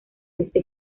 este